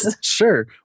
Sure